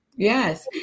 Yes